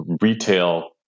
retail